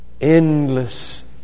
endless